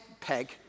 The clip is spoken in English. peg